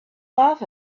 laugh